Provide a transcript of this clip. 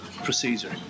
procedure